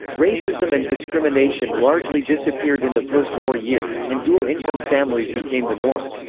racism and discrimination largely disappeared in the post-war years, and dual-income families became the norm.